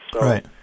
Right